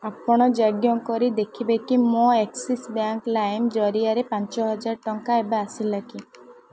ଆପଣ ଯାଞ୍ଚ କରି ଦେଖିବେକି ମୋ ଆକ୍ସିସ୍ ବ୍ୟାଙ୍କ୍ ଲାଇମ୍ ଜରିଆରେ ପାଞ୍ଚହଜାର ଟଙ୍କା ଏବେ ଆସିଲାକି